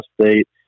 State